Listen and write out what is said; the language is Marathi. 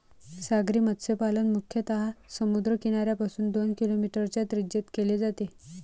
सागरी मत्स्यपालन मुख्यतः समुद्र किनाऱ्यापासून दोन किलोमीटरच्या त्रिज्येत केले जाते